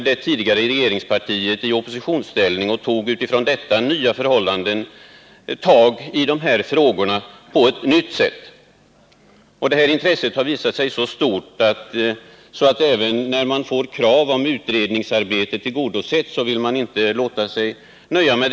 Det tidigare regeringspartiet kom i oppositionsställning och tog därmed ett nytt tag i dessa frågor. Deras intresse har nu visat sig så stort att de, även när deras krav på utredning uppfylls, inte vill nöja sig med det.